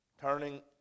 turning